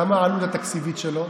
כמה העלות התקציבית שלו?